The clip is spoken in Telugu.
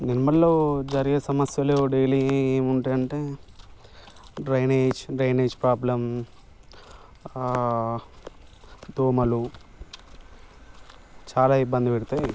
నిర్మల్లో జరిగే సమస్యలు డైలీ ఏముంటాయి అంటే డ్రైనేజ్ డ్రైనేజ్ ప్రాబ్లం దోమలు చాలా ఇబ్బంది పెడతాయి